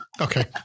Okay